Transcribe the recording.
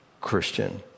Christian